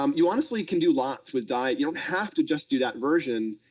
um you honestly can do lots with diet, you don't have to just do that version.